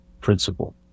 principle